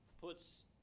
puts